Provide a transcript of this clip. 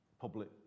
public